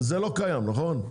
זה לא קיים, נכון?